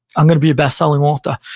i'm going to be a bestselling author.